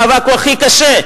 איפה המאבק הוא הכי קשה,